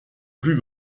plus